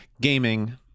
gaming